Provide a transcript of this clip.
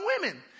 women